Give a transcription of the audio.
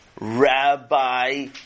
Rabbi